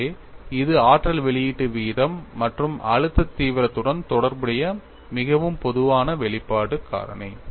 எனவே இது ஆற்றல் வெளியீட்டு வீதம் மற்றும் அழுத்த தீவிரத்துடன் தொடர்புடைய மிகவும் பொதுவான வெளிப்பாடு காரணி